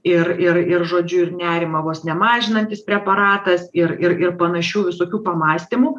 ir ir ir žodžiu ir nerimą vos ne mažinantis preparatas ir ir ir panašių visokių pamąstymų